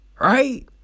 Right